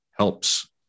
helps